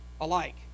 alike